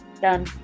Done